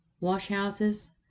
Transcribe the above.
wash-houses